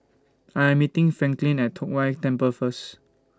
I'm meeting Franklyn At Tong Whye Temple First